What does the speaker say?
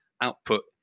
output